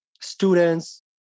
students